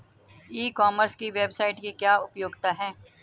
ई commerce की website की क्या उपयोगिता है?